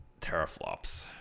teraflops